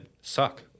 suck